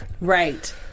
Right